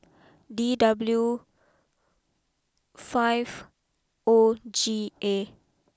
D W five O G A